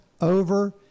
over